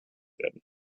werden